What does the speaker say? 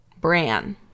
Bran